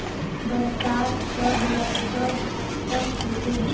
बरसात कब ल कब तक होथे?